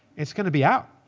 it's going to be out.